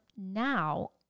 now